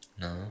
No